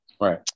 Right